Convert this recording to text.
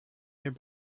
their